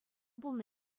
пулнӑ